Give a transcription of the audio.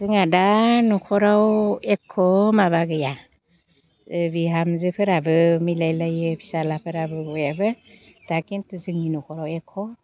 जोंहा दा न'खराव एख' माबा गैया बिहामजोफोराबो मिलायलायो फिसाज्लाफोराबो बयहाबो दा खिन्थु जोंनि न'खराव एख'